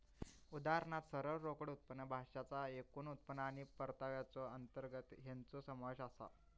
उदाहरणात सरळ रोकड उत्पन्न, भाड्याचा एकूण उत्पन्न आणि परताव्याचो अंतर्गत दर हेंचो समावेश आसा